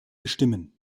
bestimmen